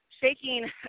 shaking